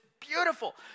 beautiful